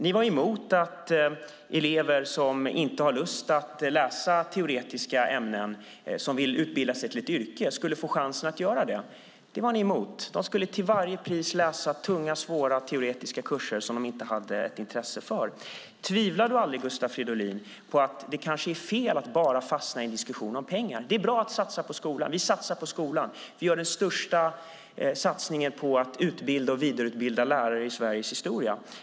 Ni var emot att elever som inte har lust att läsa teoretiska ämnen utan vill utbilda sig till ett yrke skulle få chansen att göra det. De skulle till varje pris läsa tunga, svåra teoretiska kurser som de inte hade intresse för. Tänker du aldrig, Gustav Fridolin, att det kanske är fel att bara fastna i en diskussion om pengar? Det är bra att satsa på skolan. Vi satsar på skolan. Vi gör den största satsningen på att utbilda och vidareutbilda lärare i Sveriges historia.